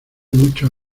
muchos